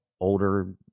older